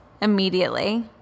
immediately